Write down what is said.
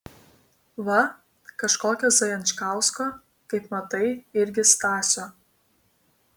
va kažkokio zajančkausko kaip matai irgi stasio